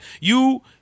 You-